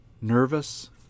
nervous